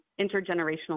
intergenerational